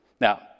Now